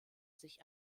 sich